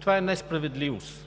това е несправедливостта.